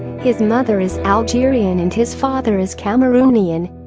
his mother is algerian and his father is cameroonian.